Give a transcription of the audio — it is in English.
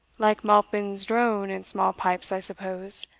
like malpin's drone and small pipes, i suppose,